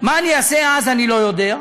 מה אני אעשה אז אני לא יודע,